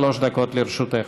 עד שלוש דקות לרשותך.